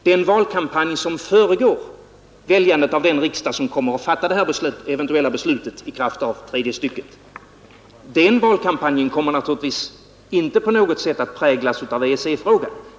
Den valkampanj som föregår väljandet av den riksdag som eventuellt i kraft av tredje stycket i 81 § kommer att fatta det här beslutet kommer naturligtvis inte på något sätt att präglas av EEC-frågan.